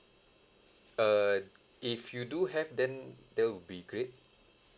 err if you do have then that will be great